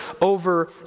over